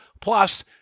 plus